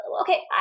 okay